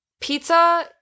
Pizza